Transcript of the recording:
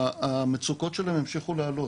המצוקות שלהם המשיכו לעלות.